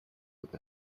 with